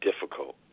difficult